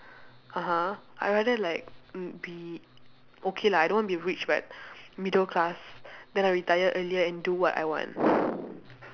(uh huh) I rather like mm be okay lah I don't want to be rich but middle class then I retire earlier and do what I want